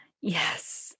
Yes